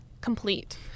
complete